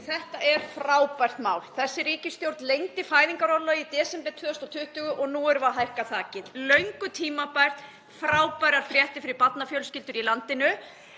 Þetta er frábært mál. Þessi ríkisstjórn lengdi fæðingarorlofið í desember 2020 og nú erum við að hækka þakið — löngu tímabært, frábærar fréttir fyrir barnafjölskyldur í landinu.